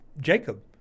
Jacob